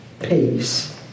peace